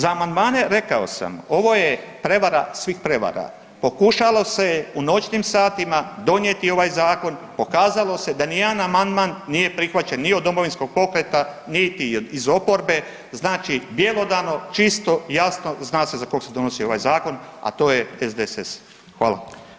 Za amandmane rekao sa, ovo je prevara svih prevara pokušalo se je u noćnim satima donijeti ovaj zakon, pokazalo se da nijedan amandman nije prihvaćen ni od Domovinskog pokreta, niti iz oporbe, znači bjelodano, čisto, jasno zna se za kog se donosi ovaj zakon, a to je SDSS.